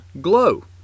glow